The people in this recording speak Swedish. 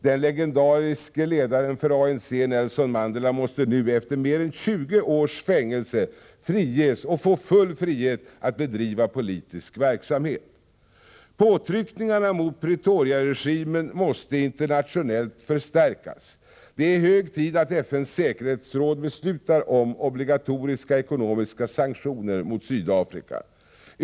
Den legendariske ledaren för ANC Nelson Mandela måste nu efter mer än 20 års fängelse friges och få full frihet att bedriva politisk verksamhet. Påtryckningarna mot Pretoriaregimen måste internationellt förstärkas. Det är hög tid att FN:s säkerhetsråd beslutar om obligatoriska ekonomiska sanktioner mot Sydafrika.